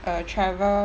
a travel